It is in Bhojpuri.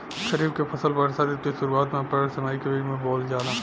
खरीफ के फसल वर्षा ऋतु के शुरुआत में अप्रैल से मई के बीच बोअल जाला